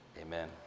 amen